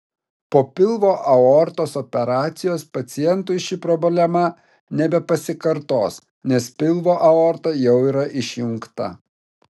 po pilvo aortos operacijos pacientui ši problema nebepasikartos nes pilvo aorta jau yra išjungta